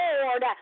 Lord